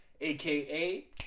aka